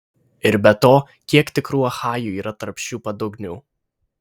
ir be to kiek tikrų achajų yra tarp šių padugnių